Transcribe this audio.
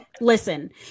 listen